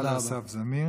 תודה רבה לאסף זמיר.